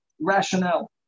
rationale